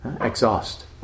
exhaust